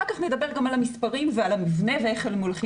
אחר כך נדבר גם על המספרים ועל המבנה ואיך הם הולכים להיות.